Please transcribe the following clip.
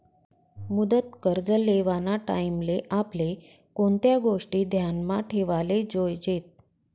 मुदत कर्ज लेवाना टाईमले आपले कोणत्या गोष्टी ध्यानमा ठेवाले जोयजेत